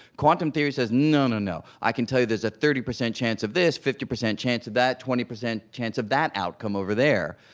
quantum theory says, no, no, no. i can tell you there's a thirty percent chance of this, fifty percent chance of that, twenty percent chance of that outcome over there.